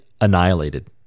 annihilated